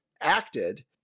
acted